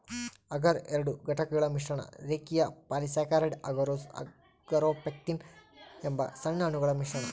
ಅಗರ್ ಎರಡು ಘಟಕಗಳ ಮಿಶ್ರಣ ರೇಖೀಯ ಪಾಲಿಸ್ಯಾಕರೈಡ್ ಅಗರೋಸ್ ಅಗಾರೊಪೆಕ್ಟಿನ್ ಎಂಬ ಸಣ್ಣ ಅಣುಗಳ ಮಿಶ್ರಣ